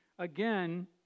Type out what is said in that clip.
Again